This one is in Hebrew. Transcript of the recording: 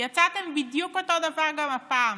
יצאת בדיוק אותו דבר גם הפעם.